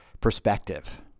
perspective